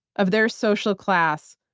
of their social class,